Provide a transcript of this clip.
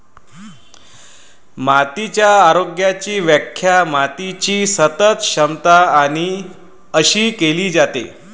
मातीच्या आरोग्याची व्याख्या मातीची सतत क्षमता अशी केली जाते